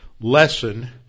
lesson